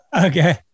Okay